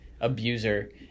abuser